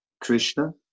Krishna